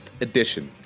edition